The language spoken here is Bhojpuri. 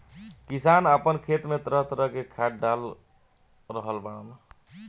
किसान आपना खेत में तरह तरह के खाद डाल रहल बाड़न